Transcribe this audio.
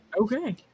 Okay